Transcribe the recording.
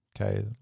Okay